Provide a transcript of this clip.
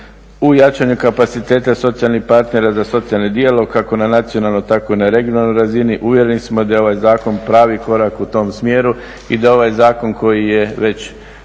u jačanje kapaciteta socijalnih partnera za socijalni dijalog kako na nacionalnoj tako i na regionalnoj razini uvjereni smo da je ovaj zakon pravi korak u tom smjeru i da ovaj zakon koji je već